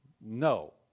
No